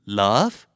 love